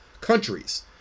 countries